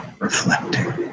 reflecting